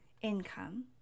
income